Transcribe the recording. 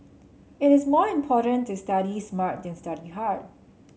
it is more important to study smart than study hard